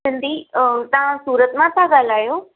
सिंधी तव्हां सूरत मां था ॻाल्हायो